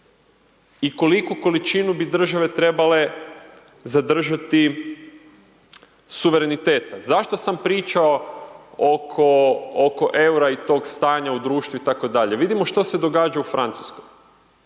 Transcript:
i koliku količinu bi države trebale zadržati suvereniteta. Zašto sam pričao oko, oko EUR-a i tog stanja u društvu i tako dalje? Vidimo što se događa u Francuskoj,